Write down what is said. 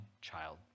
child